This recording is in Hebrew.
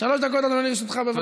שלוש דקות, אדוני, לרשותך, בבקשה.